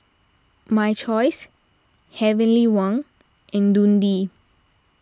My Choice Heavenly Wang and Dundee